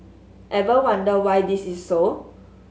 ever wonder why this is so